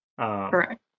Correct